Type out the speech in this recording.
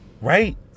right